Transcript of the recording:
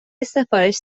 سفارش